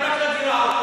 אנחנו אחראים רק לגירעון.